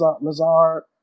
Lazard